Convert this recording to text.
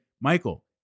Michael